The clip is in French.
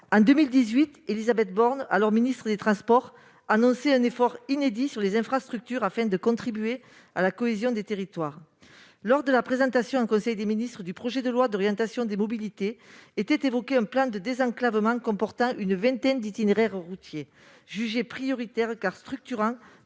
En 2018, Élisabeth Borne, alors ministre des transports, annonçait un effort inédit en matière d'infrastructures afin de contribuer à la cohésion des territoires. Lors de la présentation en conseil des ministres du projet de loi d'orientation des mobilités (LOM), un plan de désenclavement avait été évoqué : il portait sur une vingtaine d'itinéraires routiers jugés prioritaires, car structurants